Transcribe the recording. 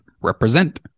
represent